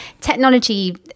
technology